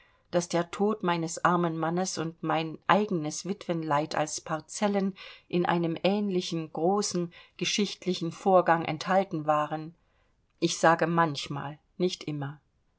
daß der tod meines armen mannes und mein eigenes witwenleid als parzellen in einem ähnlichen großen geschichtlichen vorgang enthalten waren ich sage manchmal nicht immer